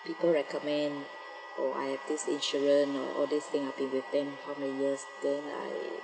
people recommend or I have this insurance or all these things I have been with them for how many years then I